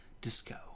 disco